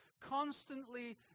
constantly